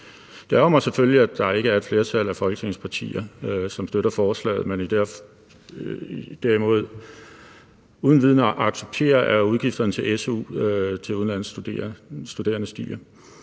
Det ærgrer mig selvfølgelig, at der ikke er et flertal af Folketingets partier, som støtter forslaget, men derimod uden videre accepterer, at udgifterne til su til udenlandske studerende stiger.